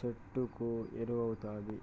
చెట్లకు ఎరువౌతాది